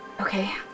Okay